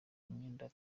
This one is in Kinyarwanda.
umwenda